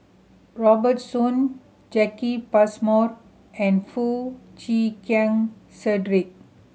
Robert Soon Jacki Passmore and Foo Chee Keng Cedric